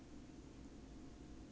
cannot beat pharmacy right